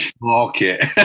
market